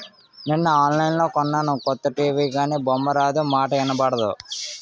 నిన్న ఆన్లైన్లో కొన్నాను కొత్త టీ.వి గానీ బొమ్మారాదు, మాటా ఇనబడదు